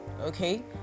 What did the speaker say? okay